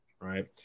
right